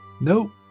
Nope